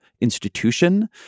institution